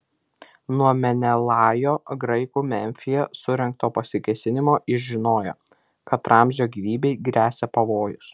nuo menelajo graikų memfyje surengto pasikėsinimo jis žinojo kad ramzio gyvybei gresia pavojus